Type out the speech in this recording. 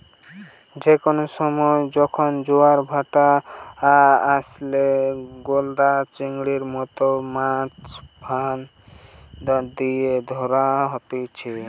যে কোনো সময়ে যখন জোয়ারের ভাঁটা আইসে, গলদা চিংড়ির মতো মাছ ফাঁদ লিয়ে ধরা হতিছে